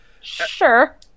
Sure